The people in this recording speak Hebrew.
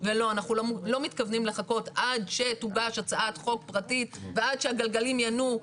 ואנחנו לא מתכוונים לחכות עד שתוגש הצעת חוק פרטית ועד שהגלגלים ינועו.